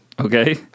Okay